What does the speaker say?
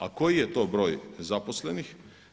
A koji je to broj zaposlenih?